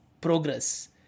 progress